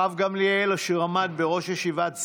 הרב גמליאל, אשר עמד בראש ישיבת שדרות,